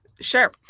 Sure